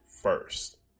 first